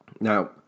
Now